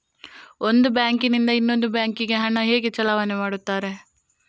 ಒಂದು ಬ್ಯಾಂಕ್ ನಿಂದ ಇನ್ನೊಂದು ಬ್ಯಾಂಕ್ ಗೆ ಹಣ ಹೇಗೆ ಚಲಾವಣೆ ಮಾಡುತ್ತಾರೆ?